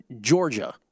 Georgia